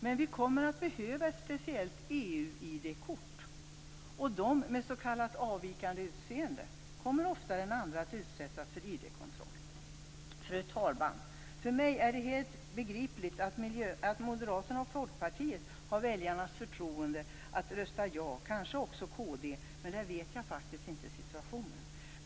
Men vi kommer att behöva ett speciellt EU-ID-kort. De med s.k. avvikande utseende kommer oftare än andra att utsättas för ID-kontroll. Fru talman! För mig är det helt begripligt att Moderaterna och Folkpartiet har väljarnas förtroende att rösta ja. Kanske gäller det också Kristdemokraterna. Där känner jag faktiskt inte till situationen.